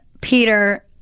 Peter